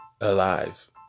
alive